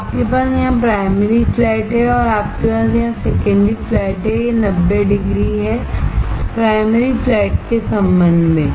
तो आपके पास यहां प्राइमरी फ्लैट है और आपके पास यहां सेकेंडरी फ्लैट है यह 90 डिग्री है प्राइमरी फ्लैट के संबंध में